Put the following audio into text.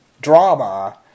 drama